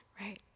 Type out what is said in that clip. right